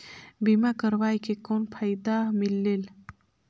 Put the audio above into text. बीमा करवाय के कौन फाइदा मिलेल?